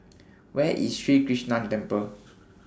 Where IS Sri Krishnan Temple